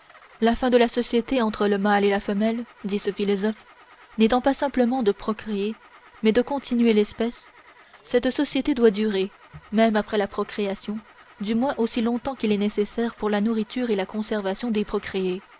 la fin de la société entre le mâle et la femelle dit ce philosophe n'étant pas simplement de procréer mais de continuer l'espèce cette société doit durer même après la procréation du moins aussi longtemps qu'il est nécessaire pour la nourriture et la conservation des procréés